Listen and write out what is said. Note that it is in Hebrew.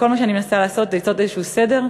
כל מה שאני מנסה לעשות זה ליצור איזשהו סדר.